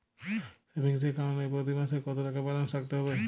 Savings account এ প্রতি মাসে কতো টাকা ব্যালান্স রাখতে হবে?